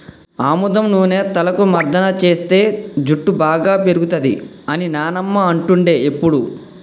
ఆముదం నూనె తలకు మర్దన చేస్తే జుట్టు బాగా పేరుతది అని నానమ్మ అంటుండే ఎప్పుడు